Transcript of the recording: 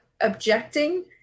objecting